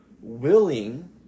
willing